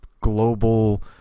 global